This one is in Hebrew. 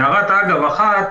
הערת אגב אחת